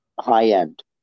high-end